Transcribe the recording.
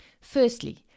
Firstly